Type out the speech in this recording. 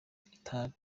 itabi